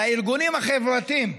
לארגונים החברתיים,